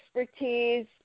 expertise